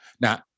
Now